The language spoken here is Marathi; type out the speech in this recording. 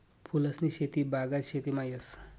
फूलसनी शेती बागायत शेतीमा येस